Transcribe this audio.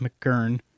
McGurn